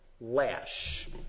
lash